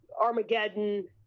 Armageddon